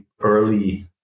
early